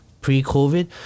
pre-covid